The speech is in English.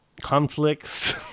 conflicts